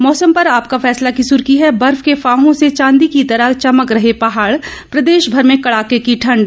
मौसम पर आपका फैसला की सुर्खी है बर्फ के फाहों से चादी की तरह चमक रहे पहाड़ प्रदेशभर में कड़ाके की ठंड